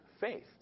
faith